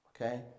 okay